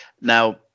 now